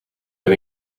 ben